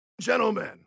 Gentlemen